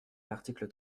l’article